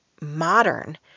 modern